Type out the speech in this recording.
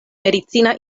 medicina